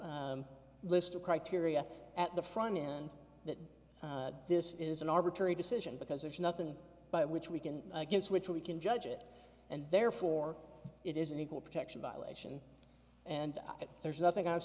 no list of criteria at the front end that this is an arbitrary decision because if nothing by which we can against which we can judge it and therefore it is an equal protection violation and there's nothing i've